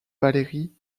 valerie